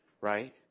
right